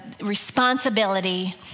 responsibility